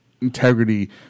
integrity